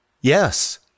yes